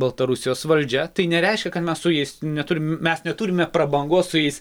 baltarusijos valdžia tai nereiškia kad mes su jais neturim mes neturime prabangos su jais